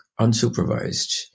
unsupervised